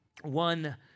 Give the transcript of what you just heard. one